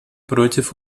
против